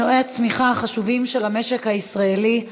אף שהעסקים הקטנים הם ממנועי הצמיחה החשובים של המשק הישראלי,